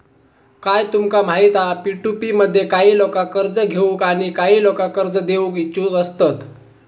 काय तुमका माहित हा पी.टू.पी मध्ये काही लोका कर्ज घेऊक आणि काही लोका कर्ज देऊक इच्छुक असतत